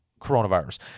coronavirus